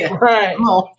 right